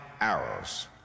arrows